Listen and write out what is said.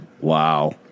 Wow